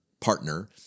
partner